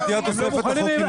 לא, הם לא מוכנים.